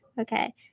Okay